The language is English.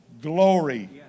glory